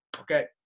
Okay